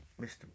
Mr